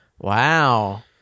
Wow